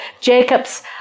Jacob's